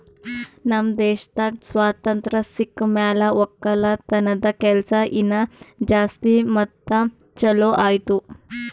ನಮ್ ದೇಶದಾಗ್ ಸ್ವಾತಂತ್ರ ಸಿಕ್ ಮ್ಯಾಲ ಒಕ್ಕಲತನದ ಕೆಲಸ ಇನಾ ಜಾಸ್ತಿ ಮತ್ತ ಛಲೋ ಆಯ್ತು